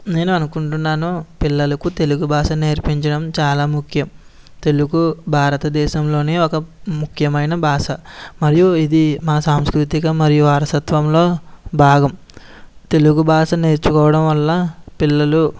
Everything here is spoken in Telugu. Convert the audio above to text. నేను అనుకుంటున్నాను పిల్లలకు తెలుగు భాష నేర్పించడం చాలా ముఖ్యం తెలుగు భారతదేశంలోనే ఒక ముఖ్యమైన భాష మరియు ఇది మన సాంస్కృతిక మరియు వారసత్వంలో భాగం తెలుగు భాష నేర్చుకోవడం వల్ల పిల్లలు